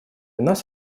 нас